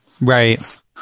right